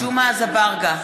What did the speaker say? ג'מעה אזברגה,